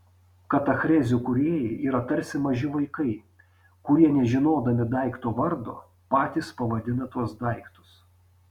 katachrezių kūrėjai yra tarsi maži vaikai kurie nežinodami daikto vardo patys pavadina tuos daiktus